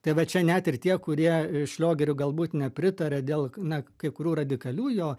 tai va čia net ir tie kurie šliogeriui galbūt nepritaria dėl na kai kurių radikalių jo